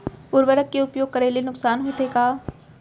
उर्वरक के उपयोग करे ले नुकसान होथे का?